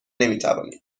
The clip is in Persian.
نمیتوانید